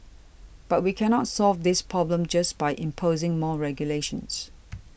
but we cannot solve this problem just by imposing more regulations